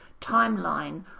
timeline